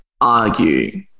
argue